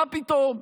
מה פתאום?